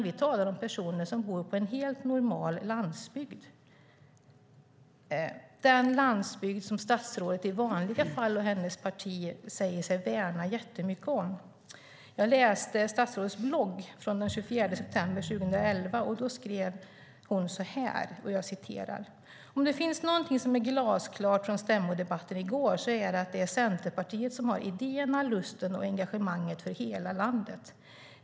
Vi talar om personer som bor på en helt normal landsbygd, den landsbygd som statsrådet och hennes parti i vanliga fall säger sig värna jättemycket. Jag läste statsrådets blogg fån den 24 september 2011. Då skrev hon så här: "Om det finns något som är glasklart från stämmodebatten igår så är det att det är Centerpartiet som har idéerna, lusten och engagemanget för hela landet.